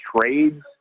trades